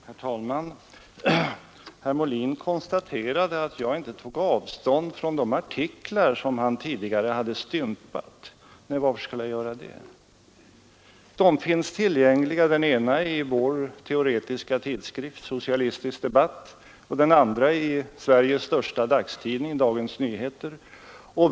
Herr talman! Herr Molin konstaterade att jag inte tog avstånd från de artiklar han tidigare hade stympat — nej, varför skulle jag göra det? De finns tillgängliga — den ena i vår teoretiska tidskrift Socialistisk debatt, den andra i Sveriges största dagstidning, Dagens Nyheter.